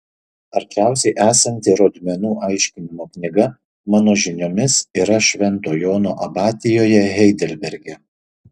arčiausiai esanti rodmenų aiškinimo knyga mano žiniomis yra švento jono abatijoje heidelberge